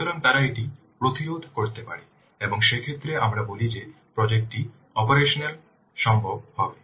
সুতরাং তারা এটি প্রতিরোধ করতে পারে এবং সেক্ষেত্রে আমরা বলি যে প্রজেক্ট টি অপারেশনাল সম্ভব হবে